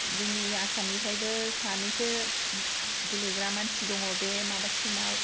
जोंनि आसामनिफ्रायबो सानैसो गेलेग्रा मानसि दं बे माबा टिमाव